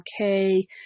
okay